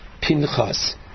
Pinchas